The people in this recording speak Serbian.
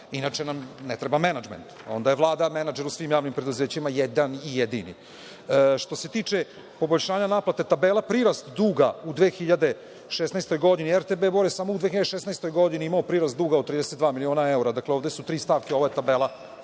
inače nam ne treba menadžment, onda je Vlada menadžer u svim javnim preduzećima, jedan i jedini. Što se tiče poboljšanja naplate tabela, prirast duga u 2016. godini RTB Bor je samo u 2016. godini imao prirast duga od 32 miliona evra, dakle ovde su tri stavke, ovo je tabela